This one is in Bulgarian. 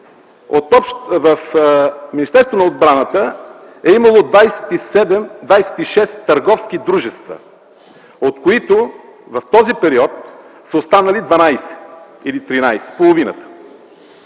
В Министерството на отбраната е имало 26 търговски дружества, от които в този период са останали 12 или 13 – половината.